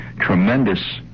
tremendous